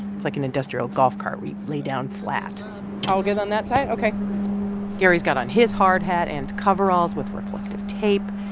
it's like an industrial golf cart. we lay down flat i'll get on that side? ok gary's got on his hard hat and coveralls with reflective tape.